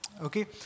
Okay